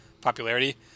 popularity